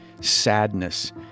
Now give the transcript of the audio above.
sadness